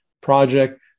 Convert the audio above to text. project